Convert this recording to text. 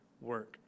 work